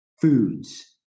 foods